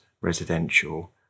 residential